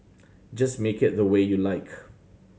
just make it the way you like